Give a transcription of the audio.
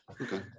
Okay